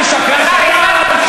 אתה שקרן קטן,